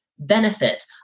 benefit